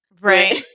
Right